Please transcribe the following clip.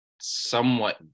somewhat